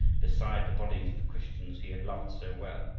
beside the bodies of the christians he had loved so well.